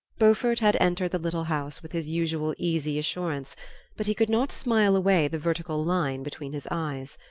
beaufort had entered the little house with his usual easy assurance but he could not smile away the vertical line between his eyes.